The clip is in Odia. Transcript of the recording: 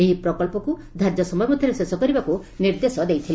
ଏହି ପ୍ରକ୍ସକ୍ ଧାର୍ଯ୍ୟ ସମୟ ମଧ୍ୟରେ ଶେଷ କରିବାକୁ ନିର୍ଦ୍ଦେଶ ଦେଇଥିଲେ